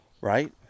right